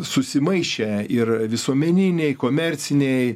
susimaišę ir visuomeniniai komerciniai